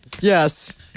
Yes